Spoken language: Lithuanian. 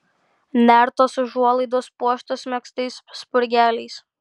nertos užuolaidos puoštos megztais spurgeliais